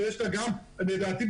ולדעתי,